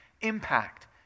impact